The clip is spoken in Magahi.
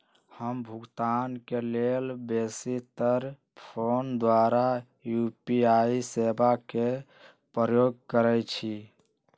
हम भुगतान के लेल बेशी तर् फोन द्वारा यू.पी.आई सेवा के प्रयोग करैछि